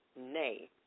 Nay